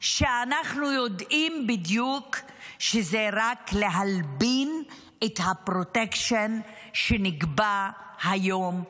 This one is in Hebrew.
שאנחנו יודעים בדיוק שזה רק להלבין את הפרוטקשן שנקבע היום,